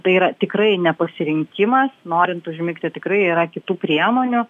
tai yra tikrai ne pasirinkimas norint užmigti tikrai yra kitų priemonių